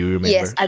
Yes